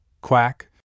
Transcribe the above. Quack